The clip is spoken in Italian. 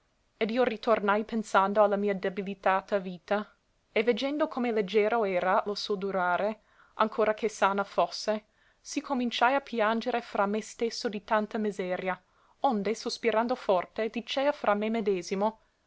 ed io ritornai pensando a la mia debilitata vita e veggendo come leggero era lo suo durare ancora che sana fosse sì cominciai a piangere fra me stesso di tanta miseria onde sospirando forte dicea fra me medesimo